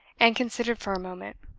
and considered for a moment.